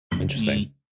Interesting